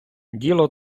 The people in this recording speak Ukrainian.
діло